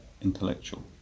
intellectual